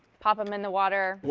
pop them in the water.